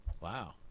wow